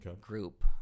Group